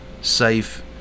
safe